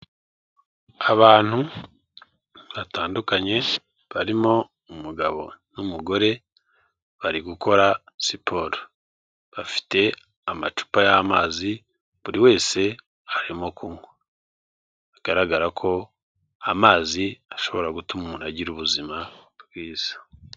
Abantu batandukanye barimo umugabo n'umugore bari gukora siporo, bafite amacupa y'amazi buri wese arimo kunywa bigaragara ko amazi ashobora gutuma umuntu agira ubuzima bwiza.